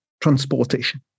transportation